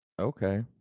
Okay